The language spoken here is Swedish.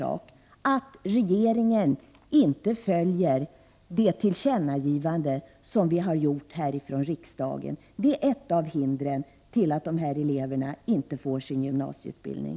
Att regeringen inte följer det tillkännagivande som vi har gjort här ifrån riksdagen är ett av hindren för dessa elever att få sin gymnasieutbildning.